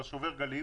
על שובר הגלים,